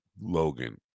Logan